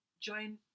join